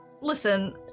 listen